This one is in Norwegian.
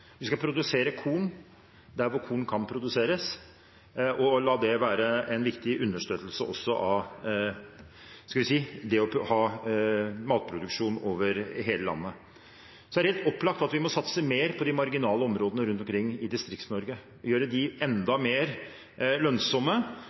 Vi skal produsere korn der hvor korn kan produseres, og også la det være en viktig understøttelse av det å ha matproduksjon over hele landet. Det er helt opplagt at vi må satse mer på de marginale områdene rundt omkring i Distrikts-Norge – gjøre dem enda